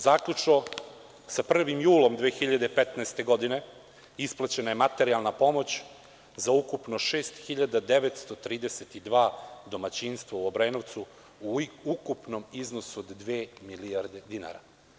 Zaključno sa 1. julom 2015. godine isplaćena je materijalna pomoć za ukupno 6.932 domaćinstva u Obrenovcu u ukupnom iznosu od dve milijarde dinara.